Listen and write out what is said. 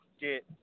Get